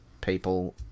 people